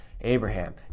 Abraham